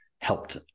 helped